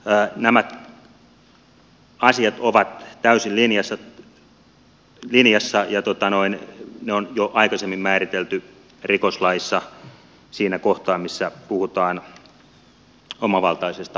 siis nämä asiat ovat täysin linjassa ja ne on jo aikaisemmin määritelty rikoslaissa siinä kohtaa missä puhutaan omavaltaisesta huostaanotosta